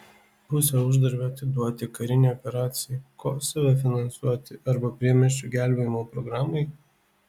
pusę uždarbio atiduoti karinei operacijai kosove finansuoti arba priemiesčių gelbėjimo programai